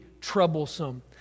troublesome